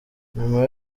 nyuma